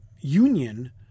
union